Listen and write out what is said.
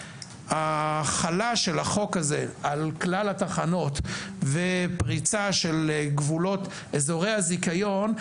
ההחלה של החוק הזה על כלל התחנות ופריצה של גבולות אזורי הזיכיון,